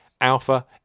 Alpha